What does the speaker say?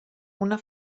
una